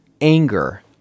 anger